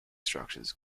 structures